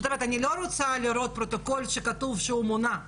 זאת אומרת אני לא רוצה לראות פרוטוקול שכתוב שהוא מונה,